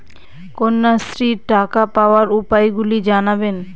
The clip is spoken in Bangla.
কন্যাশ্রীর টাকা পাওয়ার উপায়গুলি জানাবেন?